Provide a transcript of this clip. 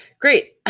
Great